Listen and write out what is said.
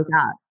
up